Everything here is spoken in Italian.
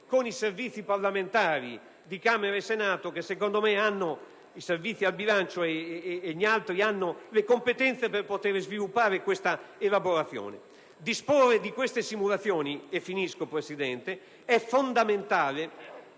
con i Servizi del bilancio di Camera e Senato che, secondo me, hanno più competenze per poter sviluppare questa elaborazione. Disporre di queste simulazioni è fondamentale